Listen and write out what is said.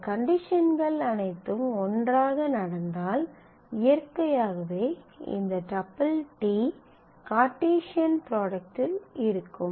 இந்த கண்டிஷன்கள் அனைத்தும் ஒன்றாக நடந்தால் இயற்கையாகவே இந்த டப்பிள் t கார்ட்டீசியன் ப்ராடக்ட் இல் இருக்கும்